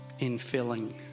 infilling